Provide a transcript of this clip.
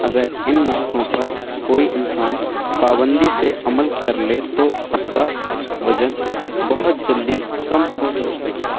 اگر ان نسخوں پر کوئی انسان پابندی سے عمل کر لے تو اس کا وزن بہت جلدی کم ہو سکتا ہے